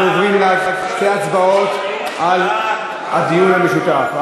אנחנו עוברים לשתי הצבעות לאחר הדיון המשותף.